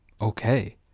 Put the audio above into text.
okay